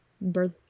birth